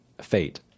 fate